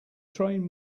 train